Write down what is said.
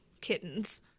kittens